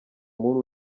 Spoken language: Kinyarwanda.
muri